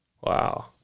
Wow